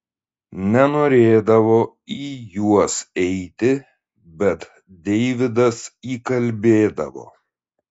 nenorėdavo į juos eiti bet deividas įkalbėdavo